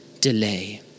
delay